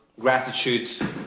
gratitude